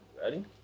Ready